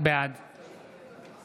בעד יואב